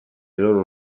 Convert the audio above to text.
loro